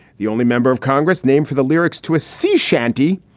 the only member of congress named for the lyrics to a sea shanty,